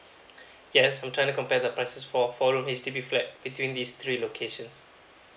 yes I'm trying to compare the prices for four room H_D_B flat between these three locations